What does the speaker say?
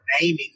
naming